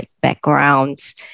backgrounds